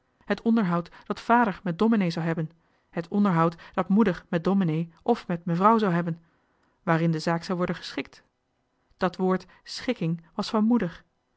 het onderhoud dat vader met domenee zou hebben het onderhoud dat moeder met domenee f met mevrouw zou hebben waarin de zaak zou worden geschikt het woord schikking was van moeder